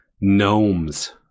gnomes